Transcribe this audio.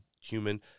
human